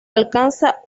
alcanza